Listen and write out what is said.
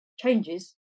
Changes